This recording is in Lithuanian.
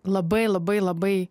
labai labai labai